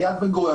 יד בן-גוריון,